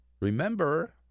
remember